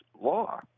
law